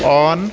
on